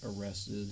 arrested